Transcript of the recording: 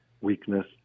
weakness